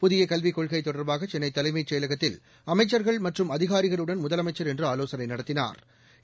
புதிய கல்விக் கொள்கை தொடர்பாக சென்னை தலைமைச் செயகலத்தில் அமைச்சர்கள் மற்றும் அதிகாரிகளுடன் முதலமைச்சா் இன்று ஆலோசனை நடத்தினாா்